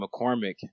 McCormick